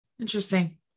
interesting